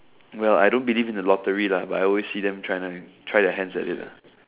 well I don't believe in the lottery but I always see them try try their hands on it